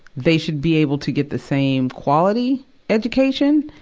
they should be able to get the same quality education.